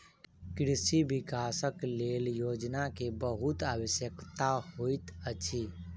कृषि विकासक लेल योजना के बहुत आवश्यकता होइत अछि